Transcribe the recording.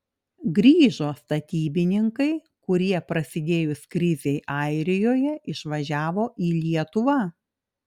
grįžo statybininkai kurie prasidėjus krizei airijoje išvažiavo į lietuvą